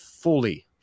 fully